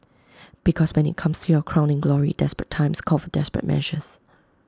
because when IT comes to your crowning glory desperate times call for desperate measures